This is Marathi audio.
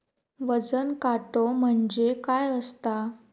वजन काटो म्हणजे काय असता?